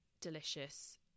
delicious